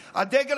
קריאה.